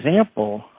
example